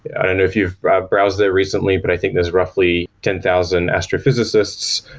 i don't know if you've browsed there recently, but i think there's roughly ten thousand astrophysicists,